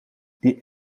die